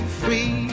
free